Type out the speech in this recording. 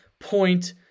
Point